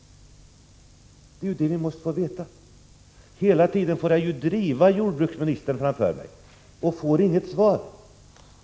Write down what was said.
Det är detta vi måste få veta! Hela tiden måste jag driva jordbruksministern framför mig, och jag får inget svar.